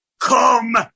come